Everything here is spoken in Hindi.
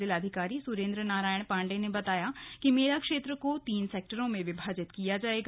जिलाधिकारी सुरेन्द्र नारायण पाण्डेय ने बताया कि मेला क्षेत्र को तीन सेक्टरों में विभाजित किया जायेगा